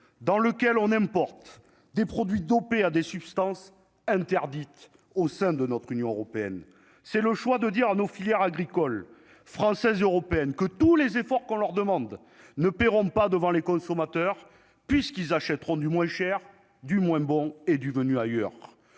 dans lequel on importe des produits dopé à des substances interdites au sein de notre Union européenne, c'est le choix de dire à nos filières agricoles françaises, européennes, que tous les efforts qu'on leur demande ne paieront pas devant les consommateurs puisqu'ils achèteront du moins cher, du moins bon et du venus ailleurs,